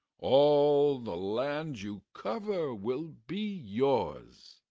all the land you cover will be yours.